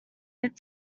mid